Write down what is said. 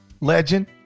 legend